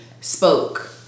spoke